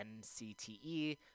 ncte